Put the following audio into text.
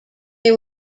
they